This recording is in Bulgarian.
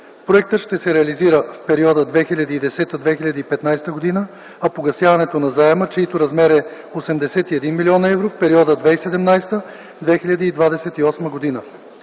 Проектът ще се реализира в периода 2010-2015 г., а погасяването на заема, чийто размер е 81 млн. евро – в периода 2017-2028 г.